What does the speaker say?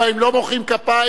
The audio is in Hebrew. לא מוחאים כפיים.